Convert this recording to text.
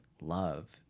love